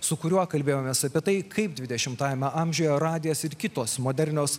su kuriuo kalbėjomės apie tai kaip dvidešimtajame amžiuje radijas ir kitos modernios